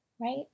right